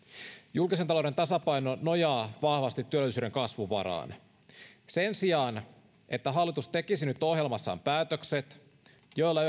julkisen talouden tasapaino nojaa vahvasti työllisyyden kasvuvaraan sen sijaan että hallitus tekisi nyt ohjelmassaan päätökset joilla